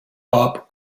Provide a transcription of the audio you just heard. bob